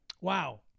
Wow